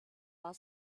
war